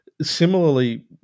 Similarly